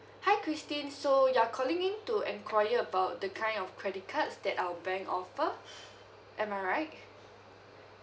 hi christine so you're calling to enquire about the kind of credit cards that our bank offer am I right